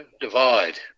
divide